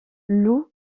loup